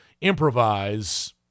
improvise